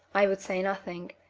i would say nothing,